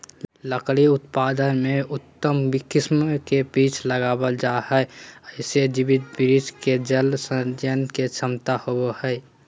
लकड़ी उत्पादन में उत्तम किस्म के वृक्ष लगावल जा हई, एगो जीवित वृक्ष मे जल संचय के क्षमता होवअ हई